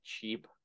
cheap